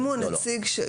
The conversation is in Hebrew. זה לא כתוב בחוק.